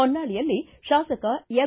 ಹೊನ್ನಾಳಿಯಲ್ಲಿ ಶಾಸಕ ಎಂ